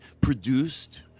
produced